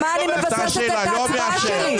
על מה אני מבססת את ההצבעה שלי?